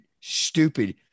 stupid